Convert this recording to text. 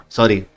Sorry